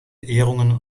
ehrungen